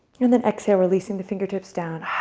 and then exhale releasing the fingertips down,